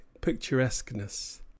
picturesqueness